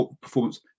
performance